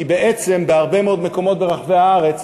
כי בעצם בהרבה מאוד מקומות ברחבי הארץ